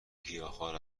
گیاهخوار